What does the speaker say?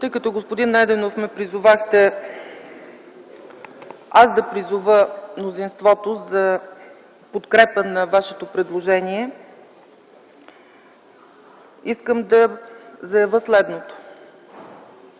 Тъй като, господин Найденов, ме призовахте аз да призова мнозинството за подкрепа на Вашето предложение, искам да заявя следното: